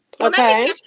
okay